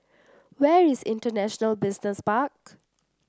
where is International Business Park